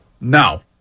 No